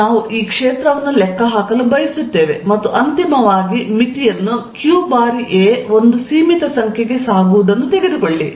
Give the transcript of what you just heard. ಮತ್ತು ನಾವು ಈ ಕ್ಷೇತ್ರವನ್ನು ಲೆಕ್ಕಹಾಕಲು ಬಯಸುತ್ತೇವೆ ಮತ್ತು ಅಂತಿಮವಾಗಿ ಮಿತಿಯನ್ನು q ಬಾರಿ a ಒಂದು ಸೀಮಿತ ಸಂಖ್ಯೆಗೆ ಸಾಗುವುದನ್ನು ತೆಗೆದುಕೊಳ್ಳಿ